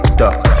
duck